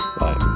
bye